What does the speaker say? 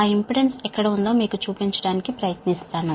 ఆ ఇంపిడెన్స్ ఎక్కడ ఉందో మీకు చూపించడానికి ప్రయత్నిస్తాను